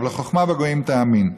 אבל חוכמה בגויים תאמין.